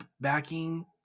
backing